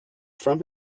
from